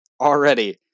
already